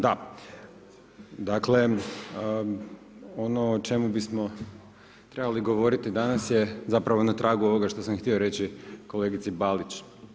Dakle, ono o čemu bismo trebali govoriti danas je zapravo na tragu onoga što sam htio reći kolegici Balić.